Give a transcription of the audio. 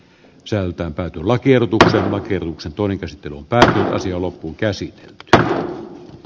sieltä haetulla kiedotut osaavat kirouksen toimipisteen päähän asti ollut käsi kid l